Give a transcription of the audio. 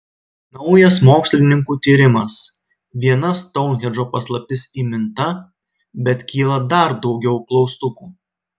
naujas mokslininkų tyrimas viena stounhendžo paslaptis įminta bet kyla dar daugiau klaustukų